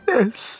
Yes